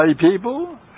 people